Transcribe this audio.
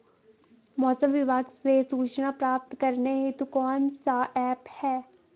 मौसम विभाग से सूचना प्राप्त करने हेतु कौन सा ऐप है?